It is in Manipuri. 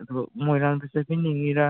ꯑꯗꯨꯒ ꯃꯣꯏꯔꯥꯡꯗ ꯆꯠꯄꯤꯅꯤꯡꯉꯤꯔ